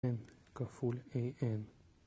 כפול א.אן